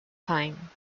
time